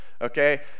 okay